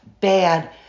bad